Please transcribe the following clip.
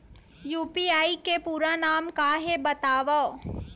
UPI के पूरा नाम का हे बतावव?